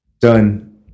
done